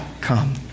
come